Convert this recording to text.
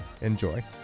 Enjoy